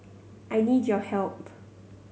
I need your help